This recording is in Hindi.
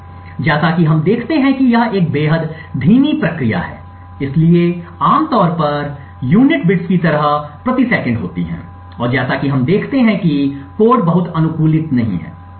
इसलिए जैसा कि हम देखते हैं कि यह एक बेहद धीमी प्रक्रिया है इसलिए आमतौर पर इकाइयाँ बिट्स की तरह प्रति सेकंड होती हैं और जैसा कि हम देखते हैं कि कोड बहुत अनुकूलित नहीं है